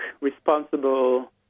responsible